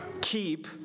keep